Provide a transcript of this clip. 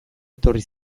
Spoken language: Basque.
etorri